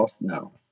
No